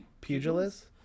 pugilist